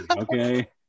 okay